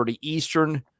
Eastern